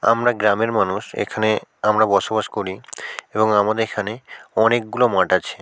আমরা গ্রামের মানুষ এখানে আমরা বসবাস করি এবং আমাদের এখানে অনেকগুলো মাঠ আছে